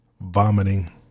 vomiting